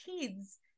kids